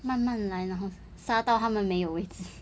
慢慢来然后杀到它们没有为止